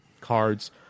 cards